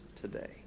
today